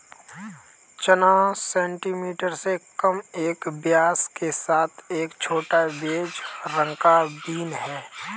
चना सेंटीमीटर से कम के व्यास के साथ एक छोटा, बेज रंग का बीन है